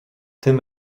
tym